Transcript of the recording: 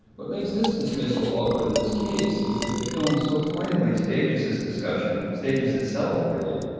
what makes this dismissal awkward in this case is that the film so poignantly stages this discussion, stages itself really,